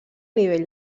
nivell